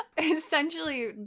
essentially